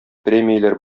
премияләр